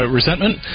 resentment